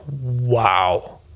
wow